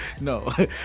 No